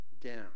down